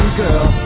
girl